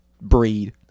breed